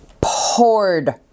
poured